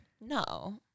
No